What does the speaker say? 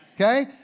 Okay